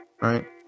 right